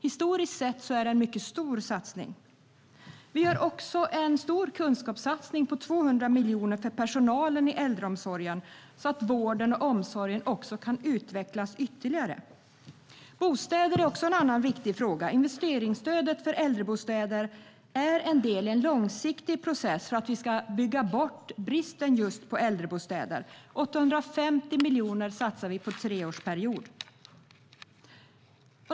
Historiskt sett är det en mycket stor satsning. Vi gör också en stor kunskapssatsning på 200 miljoner för personalen i äldreomsorgen så att vården och omsorgen kan utvecklas ytterligare. Bostäder är en annan viktig fråga. Investeringsstödet för äldrebostäder är en del i en långsiktig process för att bygga bort bristen på äldrebostäder. Vi satsar 850 miljoner på tre år.